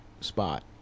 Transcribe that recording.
spot